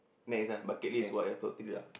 next ah bucket list what I told to be lah